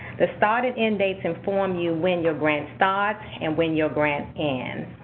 the start and end dates inform you when your grant starts, and when your grant and